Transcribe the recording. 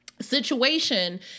situation